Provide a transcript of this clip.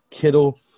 Kittle